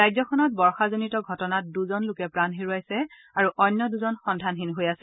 ৰাজ্যখনত বৰ্যজনিত ঘটনাত দুজন লোকে প্ৰাণ হেৰুৱাইছে আৰু অন্য দুজন সন্ধানহীন হৈ আছে